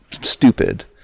stupid